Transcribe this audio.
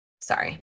Sorry